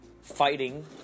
fighting